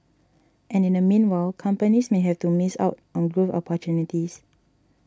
and in the meanwhile companies may have to miss out on growth opportunities